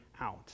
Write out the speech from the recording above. out